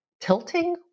tilting